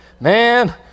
Man